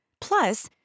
Plus